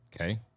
Okay